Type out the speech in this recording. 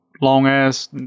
long-ass